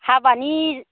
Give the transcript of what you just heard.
हाबानि